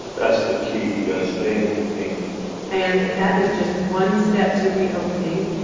that's the key. we got to stay in containment mode and that is just one step to reopening.